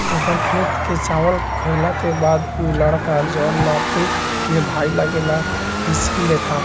ओकर खेत के चावल खैला के बाद उ लड़का जोन नाते में भाई लागेला हिच्की लेता